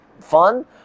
fun